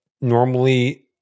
normally